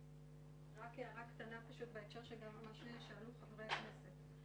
רק הערה קטנה בהקשר של מה ששאלו חברי הכנסת.